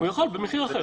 הוא יכול במחיר אחר.